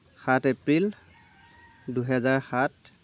সাত এপ্ৰিল দুহেজাৰ সাত